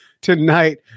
tonight